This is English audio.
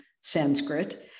Sanskrit